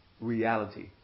reality